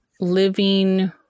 living